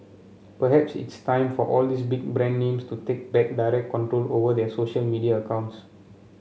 perhaps it's time for all these big brand names to take back direct control over their social media accounts